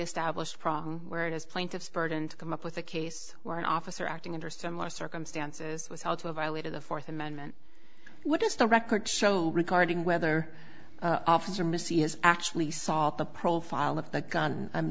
established problem where it is plaintiff's burden to come up with a case where an officer acting under similar circumstances with how to violated the fourth amendment what does the record show regarding whether officer missy is actually saw the profile of the gun i'm